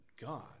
god